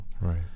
Right